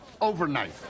overnight